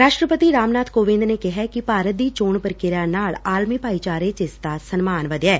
ਰਾਸ਼ਟਰਪਤੀ ਰਾਮਨਾਥ ਕੋਵਿੰਦ ਨੇ ਕਿਹੈ ਕਿ ਭਾਰਤ ਦੀ ਚੋਣ ਪ੍ਰੀਕ੍ਰਿਆ ਨਾਲ ਆਲਮੀ ਭਾਈਚਾਰੇ ਚ ਇਸਦਾ ਸਨਮਾਨ ਵਧਿਐ